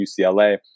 UCLA